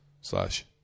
slash